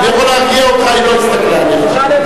אני יכול להרגיע אותך, היא לא הסתכלה עליך.